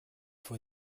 vor